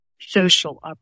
social